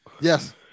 Yes